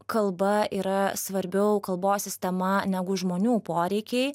kalba yra svarbiau kalbos sistema negu žmonių poreikiai